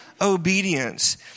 obedience